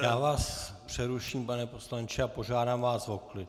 Já vás přeruším, pane poslanče, a požádám vás o klid.